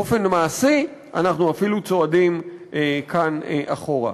באופן מעשי אנחנו אפילו צועדים כאן אחורה.